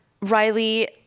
Riley